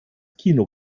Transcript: kino